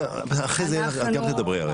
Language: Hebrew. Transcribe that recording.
בסדר, אחרי זה את גם תדברי הרי.